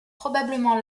probablement